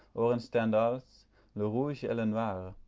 or in stendhal's le rouge et le noir,